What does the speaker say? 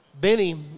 Benny